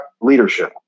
leadership